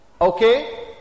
Okay